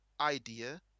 idea